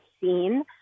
seen